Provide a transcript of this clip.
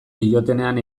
diotenean